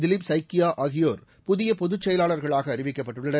திலிப் சைக்கியா ஆகியோர் புதிய பொதுச்செயலாளர்களாக அறிவிக்கப்பட்டுள்ளனர்